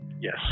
yes